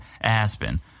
Aspen